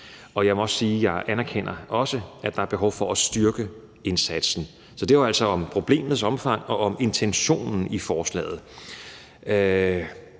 og jeg må også sige, at jeg anerkender også, at der er behov for at styrke indsatsen. Så det var altså om problemets omfang og om intentionen i forslaget.